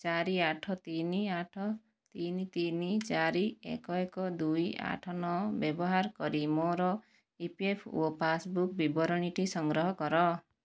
ଚାରି ଆଠ ତିନି ଆଠ ତିନି ତିନି ଚାରି ଏକ ଏକ ଦୁଇ ଆଠ ନଅ ବ୍ୟବହାର କରି ମୋର E P F O passbook ବିବରଣୀଟି ସଂଗ୍ରହ କର